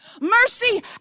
Mercy